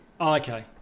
Okay